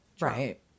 Right